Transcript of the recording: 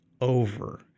over